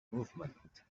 movement